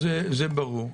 זה ברור.